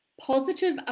positive